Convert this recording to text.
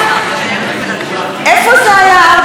איפה זה היה ארבע שנים?